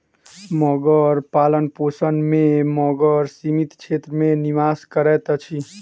मगर पालनपोषण में मगर सीमित क्षेत्र में निवास करैत अछि